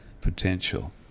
potential